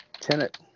Tenet